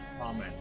Amen